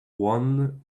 one